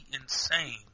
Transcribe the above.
insane